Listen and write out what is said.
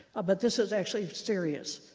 ah but this is actually serious.